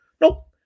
Nope